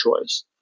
choice